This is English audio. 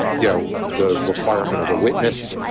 you know, the requirement of a witness,